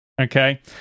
Okay